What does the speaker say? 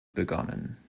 begonnen